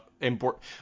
important